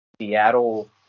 Seattle